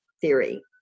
theory